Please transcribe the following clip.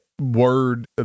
word